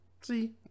see